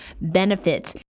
benefits